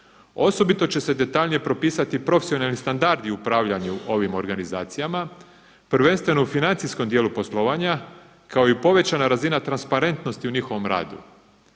Osobito će se detaljnije propisati profesionalni standardi upravljanja ovim organizacijama, prvenstveno u financijskom dijelu poslovanja kao i povećana razina transparentnosti u njihovom radu.